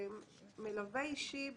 מלווה אישי בהסעה,